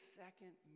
second